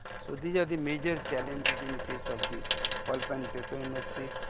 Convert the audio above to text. so, these are the major challenges in case of the pulp and paper industry.